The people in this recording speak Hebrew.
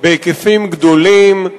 בהיקפים גדולים,